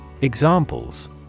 Examples